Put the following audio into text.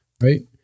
right